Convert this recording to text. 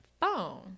phone